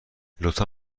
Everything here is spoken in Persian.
لطفا